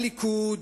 הליכוד,